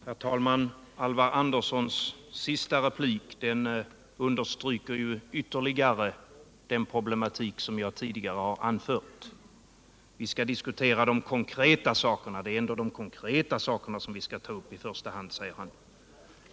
Herr talman! Alvar Anderssons sista replik understryker ytterligare den problematik som jag tidigare berörde. Vi skall diskutera de konkreta sakerna. det är ändå dessa vi skall ta upp i första hand, säger han.